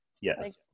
Yes